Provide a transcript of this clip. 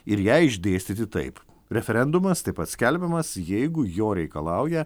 ir ją išdėstyti taip referendumas taip pat skelbiamas jeigu jo reikalauja